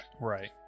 right